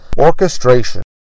Orchestration